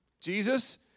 Jesus